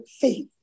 faith